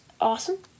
awesome